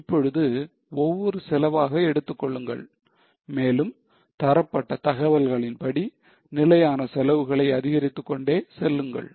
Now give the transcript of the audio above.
இப்பொழுது ஒவ்வொரு செலவாக எடுத்துக் கொள்ளுங்கள் மேலும் தரப்பட்ட தகவல்களின்படி நிலையான செலவுகளை அதிகரித்துக் கொண்டே செல்லுங்கள்